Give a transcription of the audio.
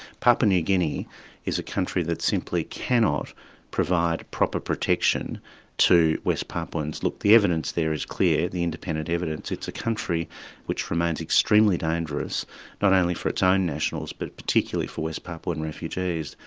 new guinea is a country that simply cannot provide proper protection to west papuans. look, the evidence there is clear, the independent evidence. it's a country which remains extremely dangerous not only for its own nationals but particularly for west papuan refugees.